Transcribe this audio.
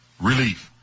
relief